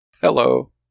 Hello